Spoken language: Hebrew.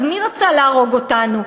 אז מי רצה להרוג אותנו?